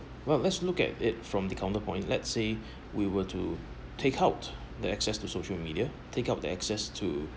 well let's look at it from the counterpoint let's say we were to take out the access to social media take out the access to